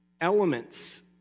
elements